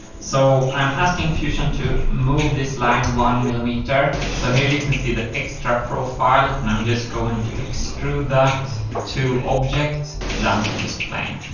so i'm asking fusion to move this line one millimeter. so here you can see the extra profile and i'm just going to extrude that to object, down to this plane.